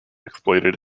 exploited